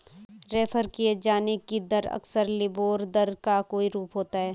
refer किये जाने की दर अक्सर लिबोर दर का कोई रूप होता है